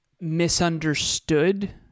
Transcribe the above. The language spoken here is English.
misunderstood